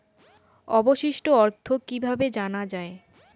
অবশিষ্ট অর্থ কিভাবে জানা হয়?